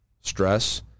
stress